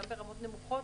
גם ברמות נמוכות,